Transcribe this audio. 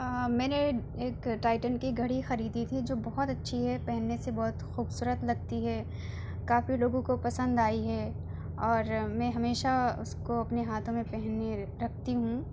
میں نے ایک ٹائٹن کی گھڑی خریدی تھی جو بہت اچھی ہے پہننے سے بہت خوبصورت لگتی ہے کافی لوگوں کو پسند آئی ہے اور میں ہمیشہ اس کو اپنے ہاتھوں میں پہنے رکھتی ہوں